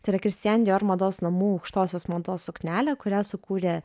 tai yra kristian dior mados namų aukštosios mados suknelė kurią sukūrė